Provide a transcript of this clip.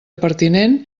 pertinent